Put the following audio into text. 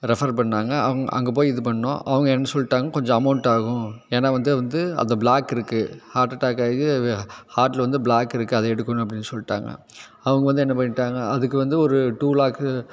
refer பண்ணிணாங்க அவங்க அங்கே போய் இது பண்ணிணோம் அவங்க என்ன சொல்லிட்டாங்க கொஞ்சம் அமௌண்ட் ஆகும் ஏன்னால் வந்து வந்து அந்த ப்ளாக் இருக்குது ஹார்ட் அட்டாக் ஆகி ஹார்ட்டில் வந்து ப்ளாக் இருக்குது அதை எடுக்கணும் அப்படின்னு சொல்லிட்டாங்க அவங்க வந்து என்ன பண்ணிவிட்டாங்க அதுக்கு வந்து ஒரு டூ லாக் ஆக